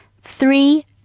three